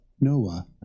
Noah